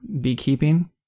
beekeeping